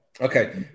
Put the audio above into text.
Okay